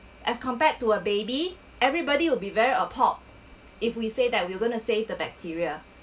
as compared to a baby everybody will be very appalled if we say that we are going to say the bacteria